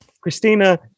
Christina